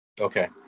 Okay